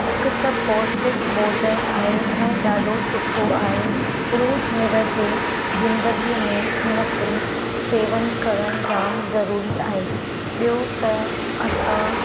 हिक त पौष्टिक भोजन आहे ऐं ॾाढो सुठो आहे रोज़मरा जे ज़िंदगीअ में हुन खे सेवनि करणु जामु ज़रूरी आहे ॿियो त असां